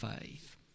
faith